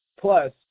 plus